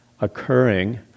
occurring